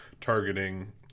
targeting